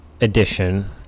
edition